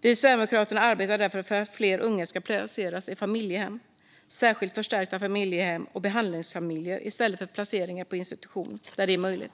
Vi i Sverigedemokraterna arbetar därför för att fler unga när så är möjligt ska placeras i familjehem, särskilt förstärkta familjehem och behandlingsfamiljer i stället för på institutioner.